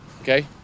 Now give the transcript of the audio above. okay